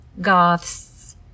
goths